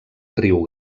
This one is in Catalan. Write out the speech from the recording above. riu